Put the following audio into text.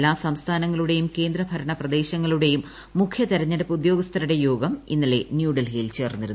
എല്ലാ സംസ്ഥാനങ്ങളുടെയും കേന്ദ്രഭരണ പ്രദേശങ്ങളുടെയും മുഖ്യ തെരഞ്ഞെടുപ്പ് ഉദ്യോഗസ്ഥരുടെ യോഗം ഇന്നലെ ന്യൂഡൽഹിയിൽ ചേർന്നിരുന്നു